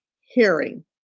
hearing